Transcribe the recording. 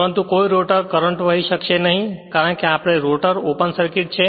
પરંતુ કોઈ rotor current વહે શકશે નહીં કારણ કે આપણે રોટર ઓપન સર્કિટ છે